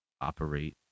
operate